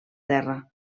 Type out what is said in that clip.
terra